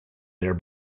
their